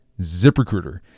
ZipRecruiter